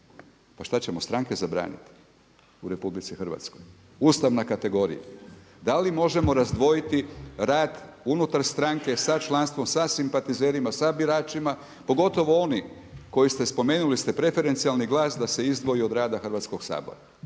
Pa što ćemo stranke zabraniti u RH? To je ustavna kategorija. Da li možemo razdvojiti rad unutar stranke sa članstvom, sa simpatizerima, sa biračima, pogotovo oni koji ste spomenuli preferencijalni glas da se izdvoji od rada Hrvatskog sabora.